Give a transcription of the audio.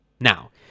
Now